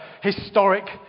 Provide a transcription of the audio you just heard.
historic